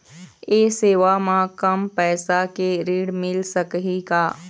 ये सेवा म कम पैसा के ऋण मिल सकही का?